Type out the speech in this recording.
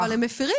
אבל הם מפרים.